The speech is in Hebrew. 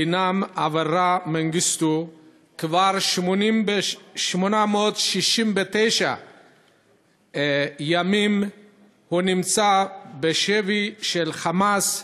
בנם אברה מנגיסטו נמצא כבר 869 ימים בשבי "חמאס"